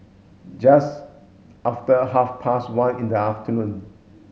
just after half past one in the afternoon